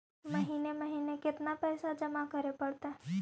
महिने महिने केतना पैसा जमा करे पड़तै?